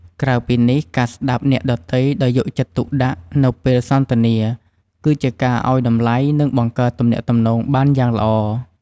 ក្រៅពីនេះ ការស្តាប់អ្នកដទៃដោយយកចិត្តទុកដាក់នៅពេលសន្ទនាគឺជាការឲ្យតម្លៃនិងបង្កើតទំនាក់ទំនងបានយ៉ាងល្អ។